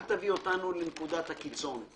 אל תביא אותנו לנקודת הקיצון.